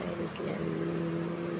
आनी की आनी